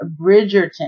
Bridgerton